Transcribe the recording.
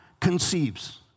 conceives